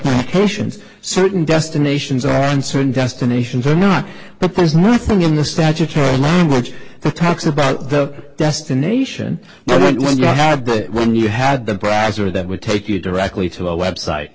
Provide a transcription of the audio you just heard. tell patients certain destinations are uncertain destinations or not but there's nothing in the statutory language that talks about the destination but when you have that when you had the browser that would take you directly to a website